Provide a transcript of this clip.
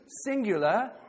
singular